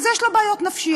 אז יש לו בעיות נפשיות.